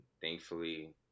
thankfully